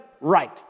right